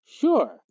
Sure